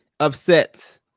Upset